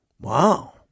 Wow